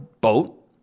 Boat